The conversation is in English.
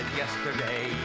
yesterday